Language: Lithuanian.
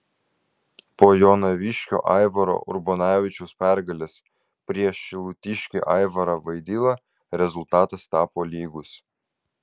po jonaviškio aivaro urbonavičiaus pergalės prieš šilutiškį aivarą vaidilą rezultatas tapo lygus